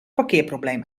parkeerprobleem